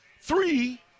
Three